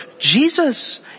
Jesus